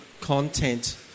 content